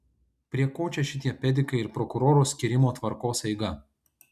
prie ko čia šitie pedikai ir prokuroro skyrimo tvarkos eiga